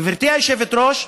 גברתי היושבת-ראש,